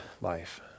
life